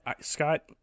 scott